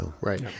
Right